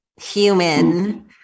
human